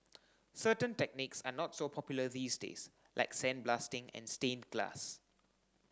certain techniques are not so popular these days like sandblasting and stained glass